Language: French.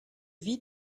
vie